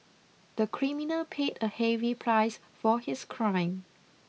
the criminal paid a heavy price for his crime